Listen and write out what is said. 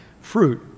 fruit